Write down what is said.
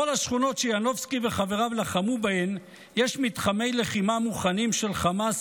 בכל השכונות שינובסקי וחבריו לחמו בהן יש מתחמי לחימה מוכנים של חמאס,